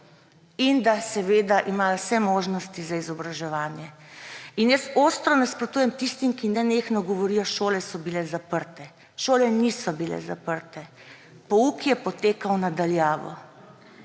in da seveda imajo vse možnosti za izobraževanje. In jaz ostro nasprotujem tistim, ki nenehno govorijo, šole so bile zaprte. Šole niso bile zaprte. Pouk je potekal na daljavo.